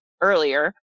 earlier